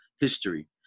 history